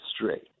straight